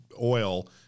oil